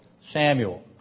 Samuel